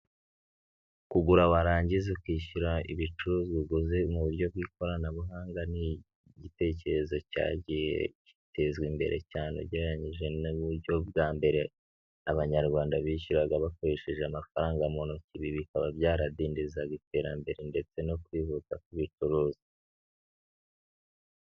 Kugura warangiza ukishyura ibicuruzwa uguze mu buryo bw'ikoranabuhanga, ni igitekerezo cyagiye gitezwa imbere cyane ugereranyije n'uburyo bwa mbere abanyarwanda bishyuraga bakoresheje amafaranga mu ntoki, ibi bikaba byaradindizaga iterambere ndetse no kwihuta kw'ibicuruzwa.